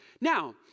Now